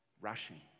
rushing